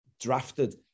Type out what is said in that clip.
drafted